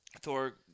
Thor